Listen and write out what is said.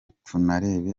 tunareba